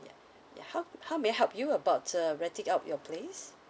how how may I help you about the renting out your place